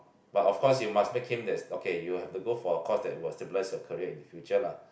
but of course you must make him that's okay you have to go for a course that was to bless your career in the future lah